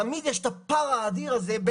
תמיד יש את הפער האדיר הזה,